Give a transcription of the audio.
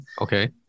Okay